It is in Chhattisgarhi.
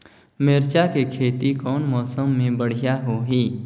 मिरचा के खेती कौन मौसम मे बढ़िया होही?